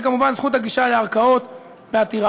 וכמובן זכות הגישה לערכאות בעתירה,